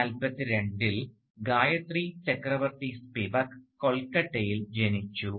1942 ൽ ഗായത്രി ചക്രവർത്തി സ്പിവക് കൊൽക്കത്തയിൽ ജനിച്ചു